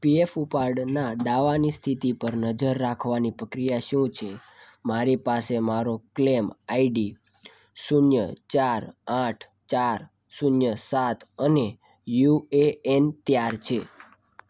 PF ઉપાડના દાવાની સ્થિતિ પર નજર રાખવાની પ્રક્રિયા શું છે મારી પાસે મારો ક્લેમ આઈડી શૂન્ય ચાર આઠ ચાર શૂન્ય સાત અને યુએએન તૈયાર છે